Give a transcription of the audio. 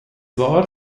war